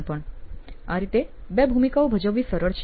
આ રીતે બે ભૂમિકાઓ ભજવવી સરળ છે